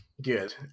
Good